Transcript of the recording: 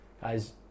guys